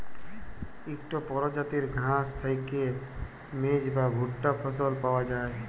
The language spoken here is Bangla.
ইকট পরজাতির ঘাঁস থ্যাইকে মেজ বা ভুট্টা ফসল পাউয়া যায়